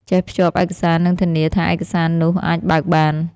ចេះភ្ជាប់ឯកសារ និងធានាថាឯកសារនោះអាចបើកបាន។